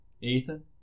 Ethan